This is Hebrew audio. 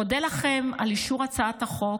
אודה לכם על אישור הצעת החוק,